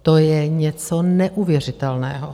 To je něco neuvěřitelného.